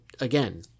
again